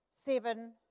seven